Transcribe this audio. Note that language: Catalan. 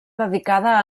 dedicada